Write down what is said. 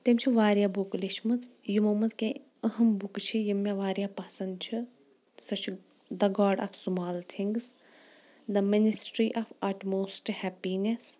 تٔمۍ چھِ واریاہ بُک لیچھمٕژ یِمو منٛز کینٛہہ أہم بُکہٕ چھِ یِم مےٚ واریاہ پسنٛد چھِ سۄ چھِ the god of small things the ministry of utmost happiness